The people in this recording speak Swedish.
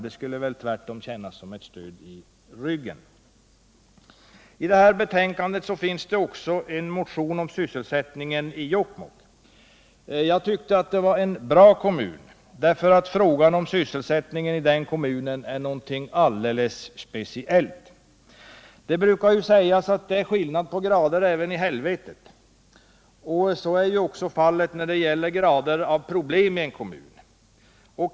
Det skulle väl tvärtom kännas som ett stöd i ryggen. I detta betänkande behandlas också en motion om sysselsättningen i Jokkmokk. Jag tyckte det var en bra motion, därför att frågan om sysselsättningen i Jokkmokks kommun är något alldeles speciellt. Det brukar ju sägas att det är ”skillnad på grader även i helvetet”. Så är också fallet när det gäller grader av problem i en kommun.